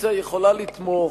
האופוזיציה יכולה לתמוך,